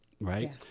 Right